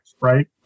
right